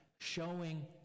showing